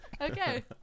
Okay